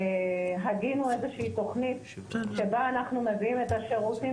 הגינו תוכנית שבה אנחנו מביאים את השירותים